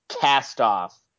cast-off